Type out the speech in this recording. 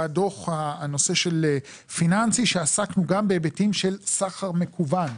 בדוח בנושא הפיננסי עסקנו גם בהיבטים של סחר מקוון,